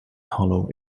hollow